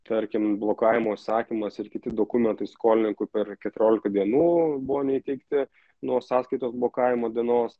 tarkim blokavimo įsakymas ir kiti dokumentai skolininkui per keturiolika dienų buvo neįteikti nuo sąskaitos blokavimo dienos